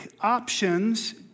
options